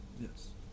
Yes